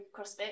CrossFit